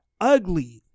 ugly